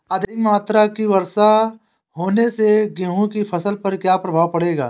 अधिक मात्रा की वर्षा होने से गेहूँ की फसल पर क्या प्रभाव पड़ेगा?